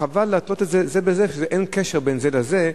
חבל להתלות זה בזה כשאין קשר בין זה לזה.